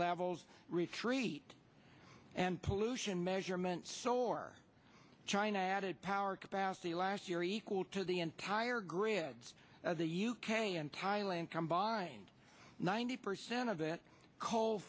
levels retreat and pollution measurements so or china added power capacity last year equal to the entire grids of the u k and thailand combined ninety percent of it coal